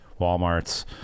Walmart's